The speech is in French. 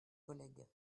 collègues